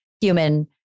human